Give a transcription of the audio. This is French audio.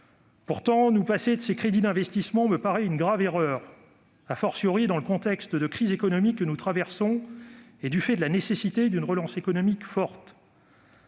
Pourtant, nous passer de ces crédits d'investissement me paraît une grave erreur, dans le contexte de crise économique que nous traversons, qui rend nécessaire une relance économique forte.